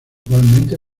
igualmente